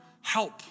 help